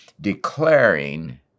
declaring